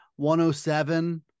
107